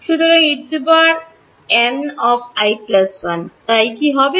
সুতরাং Eni1 তাই কি হবে